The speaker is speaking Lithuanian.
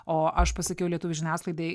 o aš pasakiau lietuvių žiniasklaidai